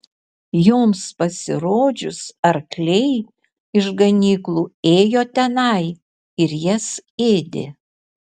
joms pasirodžius arkliai iš ganyklų ėjo tenai ir jas ėdė